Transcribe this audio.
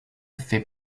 fait